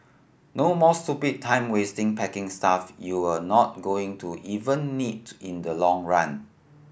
no more stupid time wasting packing stuff you're not going to even need in the long run